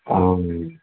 आं